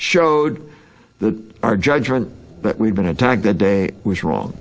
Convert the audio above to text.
showed that our judgment that we've been attacked that day was wrong